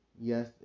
yes